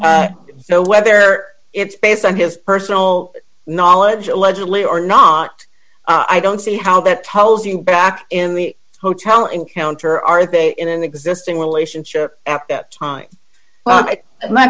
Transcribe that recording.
o whether it's based on his personal knowledge allegedly or not i don't see how that tells you back in the hotel encounter are they in an existing relationship at that time well my